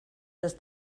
dass